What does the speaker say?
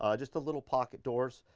ah just a little pocket doors.